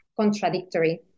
contradictory